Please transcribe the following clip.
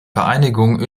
vereinigung